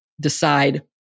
decide